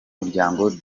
muryango